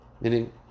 Meaning